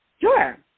Sure